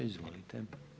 Izvolite.